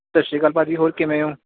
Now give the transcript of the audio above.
ਸਤਿ ਸ਼੍ਰੀ ਅਕਾਲ ਭਾਜੀ ਹੋਰ ਕਿਵੇਂ ਹੋ